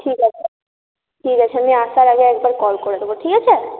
ঠিক আছে ঠিক আছে আমি আসার আগে একবার কল করে দেব ঠিক আছে